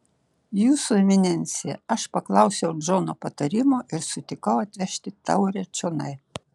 jūsų eminencija aš paklausiau džono patarimo ir sutikau atvežti taurę čionai